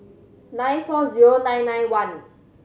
nine four zero nine nine one